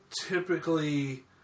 typically